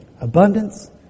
Abundance